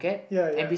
ya ya